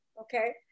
Okay